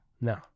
No